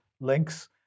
links